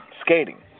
Skating